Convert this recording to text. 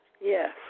Yes